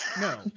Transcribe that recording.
No